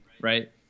right